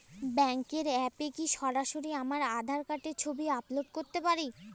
ব্যাংকের অ্যাপ এ কি সরাসরি আমার আঁধার কার্ডের ছবি আপলোড করতে পারি?